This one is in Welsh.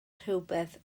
rhywbeth